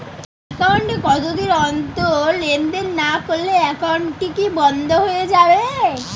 Account এ কতদিন অন্তর লেনদেন না করলে একাউন্টটি কি বন্ধ হয়ে যাবে?